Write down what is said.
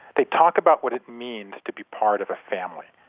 they talk about what it means to be part of a family.